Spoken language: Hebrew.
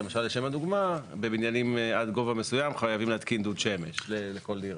לשם הדוגמה: בבניינים עד גובה מסוים חייבים להתקין דוד שמש לכל דירה.